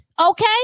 okay